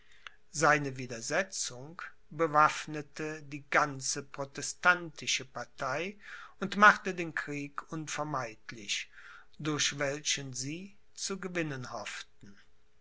seine widersetzung bewaffnete die ganze protestantische partei und machte den krieg unvermeidlich durch welchen sie zu gewinnen hofften